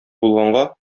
булганга